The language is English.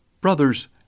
Brothers